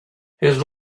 his